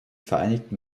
vereinigten